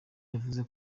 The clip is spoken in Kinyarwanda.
yavuze